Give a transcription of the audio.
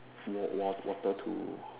war war water to